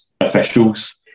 officials